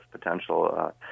potential